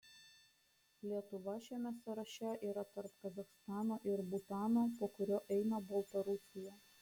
lietuva šiame sąraše yra tarp kazachstano ir butano po kurio eina baltarusija